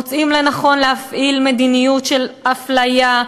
מוצאים לנכון להפעיל מדיניות של אפליה,